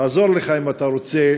אם אתה רוצה,